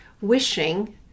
wishing